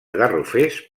garrofers